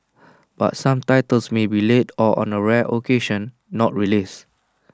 but some titles may be late or on A rare occasion not released